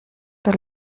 oder